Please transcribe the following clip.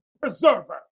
preserver